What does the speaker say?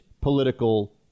political